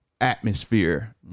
atmosphere